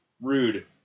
Rude